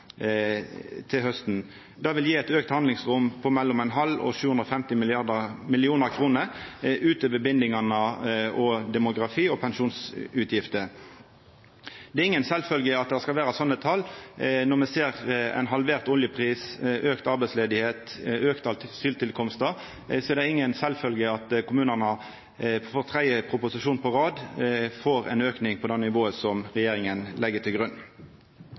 til hausten. Det vil gje eit auka handlingsrom på inntil 750 mill. kr utover bindingane og demografi og pensjonsutgifter. Det er inga sjølvfølgje at det skal vera sånne tal. Når me ser ein halvert oljepris, auka arbeidsløyse og auka asyltilkomstar, er det inga sjølvfølgje at kommunane i den tredje proposisjonen på rad får ei auking på det nivået som regjeringa legg til grunn.